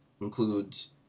includes